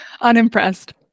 Unimpressed